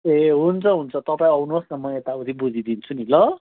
ए हुन्छ हुन्छ तपाईँ आउनुहोस् न म यताउति बुझिदिन्छु नि ल